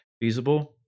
feasible